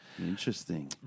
Interesting